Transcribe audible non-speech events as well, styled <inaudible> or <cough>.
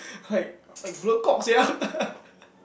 like blur cock sia <laughs>